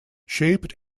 shaped